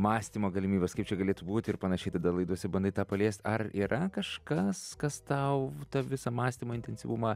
mąstymo galimybės kaip čia galėtų būt ir panašiai tada laidose bandai tą paliest ar yra kažkas kas tau visą mąstymo intensyvumą